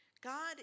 God